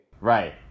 Right